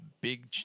big